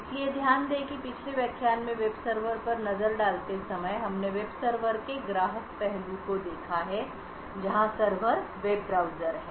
इसलिए ध्यान दें कि पिछले व्याख्यान में वेब सर्वर पर नजर डालते समय हमने वेब सर्वर के ग्राहक पहलू को देखा हैं जहां सर्वर वेब ब्राउज़र है